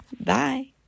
Bye